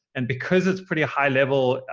and because it's pretty high level,